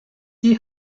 die